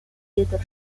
leader